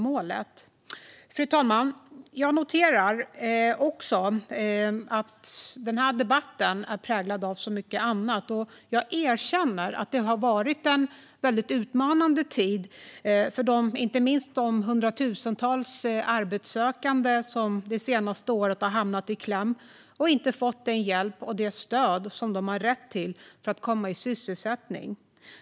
Jag noterar också att debatten präglas av mycket annat. Jag erkänner att det har varit en utmanande tid, inte minst för de hundratusentals arbetssökande som under det senaste året har hamnat i kläm och inte har fått den hjälp och det stöd som de har rätt till för att komma i sysselsättning.